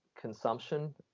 consumption